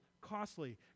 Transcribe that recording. costly